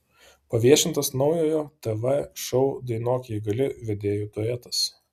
paviešintas naujojo tv šou dainuok jei gali vedėjų duetas